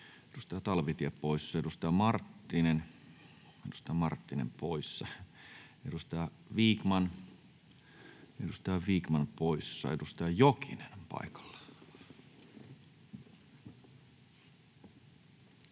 edustaja Talvitie poissa, edustaja Marttinen poissa, edustaja Vikman poissa. — Edustaja Jokinen on paikalla.